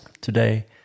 today